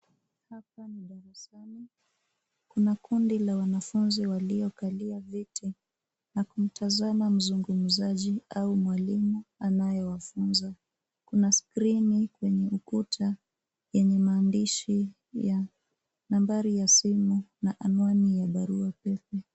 Hapa ni darasani. Kuna kundi la wanafunzi waliokalia viti na kumtazama mzungumzaji au mwalimu anayewafunza. Kuna skrini kwenye ukuta, yenye maandishi ya nambari ya simu na anwani ya barua la pepe.